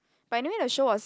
but anyway the show was